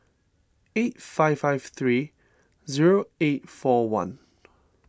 eight five five three zero eight four one